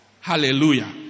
Hallelujah